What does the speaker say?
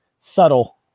Subtle